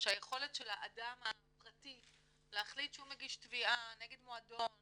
מההחלטות